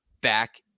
back